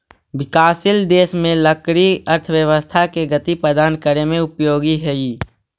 विकासशील देश में लकड़ी अर्थव्यवस्था के गति प्रदान करे में उपयोगी हइ